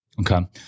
Okay